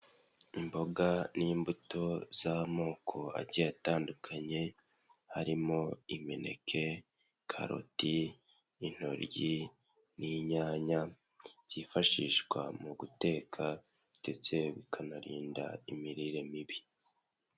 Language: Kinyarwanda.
Imboga n'imbuto z'amoko agiye atandukanye, harimo imineke, karoti, intoryi, n'inyanya byifashishwa mu guteka ndetse bikanarinda imirire mibi.